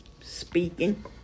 speaking